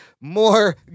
more